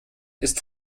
ist